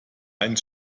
einen